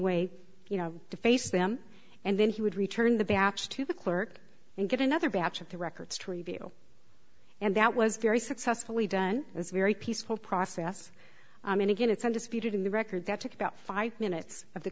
way you know to face them and then he would return the batch to the clerk and get another batch of the records treeview and that was very successfully done as a very peaceful process and again it's undisputed in the record that took about five minutes of the